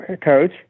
coach